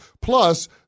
Plus